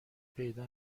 پیدا